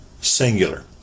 singular